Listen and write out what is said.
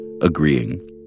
agreeing